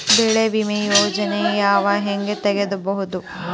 ಬೆಳಿ ವಿಮೆ ಯೋಜನೆನ ನಾವ್ ಹೆಂಗ್ ತೊಗೊಬೋದ್?